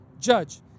judge